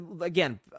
again